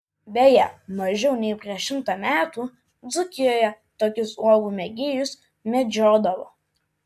beje mažiau nei prieš šimtą metų dzūkijoje tokius uogų mėgėjus medžiodavo